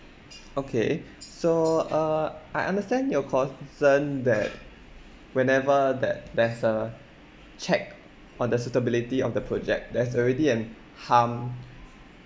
okay so uh I understand your concern that whenever that there's a check on the suitability of the project there is already an harm